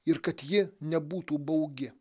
ir kad ji nebūtų baugi